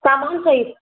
सामान सहित